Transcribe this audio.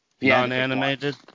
Non-animated